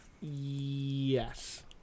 Yes